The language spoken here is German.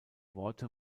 worte